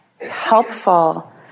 helpful